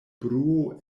bruo